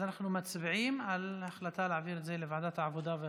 אז אנחנו מצביעים על ההחלטה להעביר את זה לוועדת העבודה,